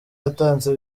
yatanze